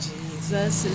Jesus